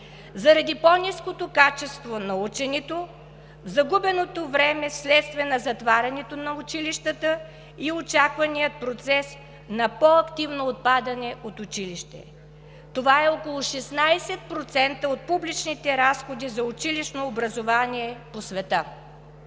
заради по ниското качество на ученето, загубеното време вследствие на затварянето на училищата и очаквания процес на по активно отпадане от училище. Това е около 16% от публичните разходи за училищно образование по света.